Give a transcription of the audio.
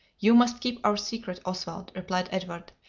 you must keep our secret, oswald, replied edward.